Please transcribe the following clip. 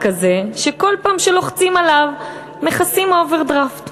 כזה שכל פעם שלוחצים עליו מכסים אוברדפרט,